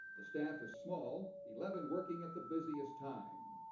the staff is small. eleven working at the busiest time.